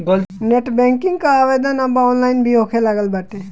net banking कअ आवेदन अब ऑनलाइन भी होखे लागल बाटे